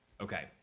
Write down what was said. Okay